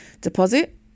deposit